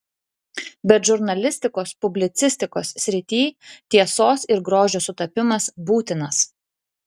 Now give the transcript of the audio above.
bet žurnalistikos publicistikos srityj tiesos ir grožio sutapimas būtinas